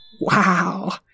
Wow